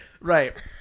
Right